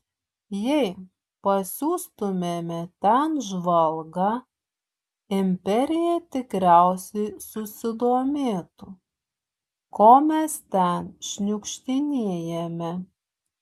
jei pasiųstumėme ten žvalgą imperija tikriausiai susidomėtų ko mes ten šniukštinėjame